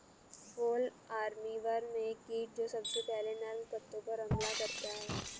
fall armyworm एक कीट जो सबसे पहले नर्म पत्तों पर हमला करता है